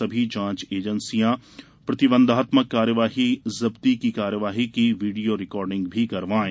सभी जाँच एजेंसियाँ प्रतिबंधात्मक कार्यवाही जब्ती की कार्यवाही की वीडियो रिकार्डिंग भी करवायें